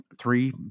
three